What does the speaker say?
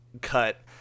cut